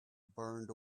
burned